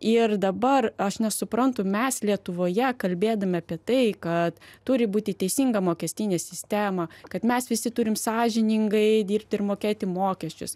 ir dabar aš nesuprantu mes lietuvoje kalbėdami apie tai kad turi būti teisinga mokestinė sistema kad mes visi turim sąžiningai dirbti ir mokėti mokesčius